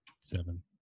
Seven